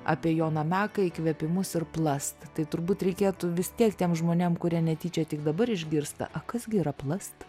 apie joną meką įkvėpimus ir plast tai turbūt reikėtų vis tiek tiem žmonėm kurie netyčia tik dabar išgirsta a kas gi yra plast